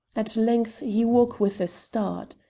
at length he woke with a start.